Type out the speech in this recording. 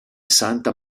santa